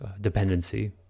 dependency